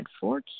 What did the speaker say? four